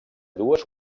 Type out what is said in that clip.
dues